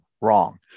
wrong